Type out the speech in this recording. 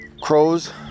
Crows